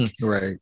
right